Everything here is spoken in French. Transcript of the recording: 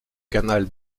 canal